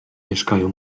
mieszkają